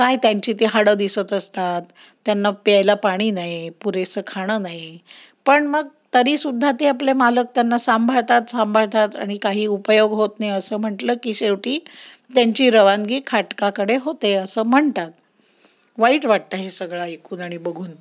काय त्यांची ती हाडं दिसत असतात त्यांना प्यायला पाणी नाही पुरेसं खाणं नाही पण मग तरीसुद्धा ते आपले मालक त्यांना सांभाळतात सांभाळतात आणि काही उपयोग होत नाही असं म्हंटलं की शेवटी त्यांची रवानगी खाटकाकडे होते असं म्हणतात वाईट वाटतं हे सगळं ऐकून आणि बघून